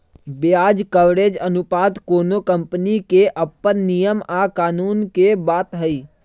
ब्याज कवरेज अनुपात कोनो कंपनी के अप्पन नियम आ कानून के बात हई